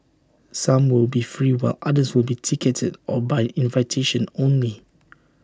some will be free while others will be ticketed or by invitation only